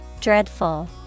Dreadful